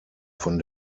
von